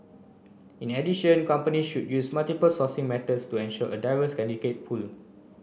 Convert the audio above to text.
in addition companies should use multiple sourcing methods to ensure a diverse candidate pool